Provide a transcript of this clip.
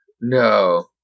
No